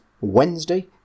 Wednesday